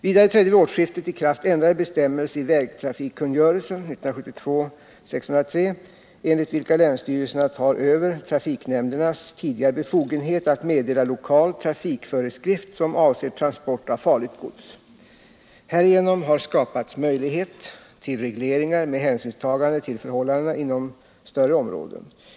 Vidare trädde vid årsskiftet i kraft ändrade bestämmelser i vägtrafikkungörelsen , enligt vilka länsstyrelserna tar över trafiknämndernas tidigare befogenhet att meddela lokal trafikföreskrift som avser transport av farligt gods. Härigenom har skapats möjlighet till regleringar med hänsynstagande till förhållandena inom större områden.